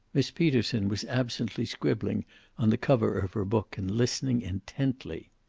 miss peterson was absently scribbling on the cover of her book, and listening intently.